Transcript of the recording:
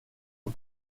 aux